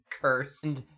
cursed